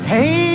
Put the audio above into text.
Hey